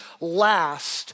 last